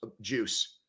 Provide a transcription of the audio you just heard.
juice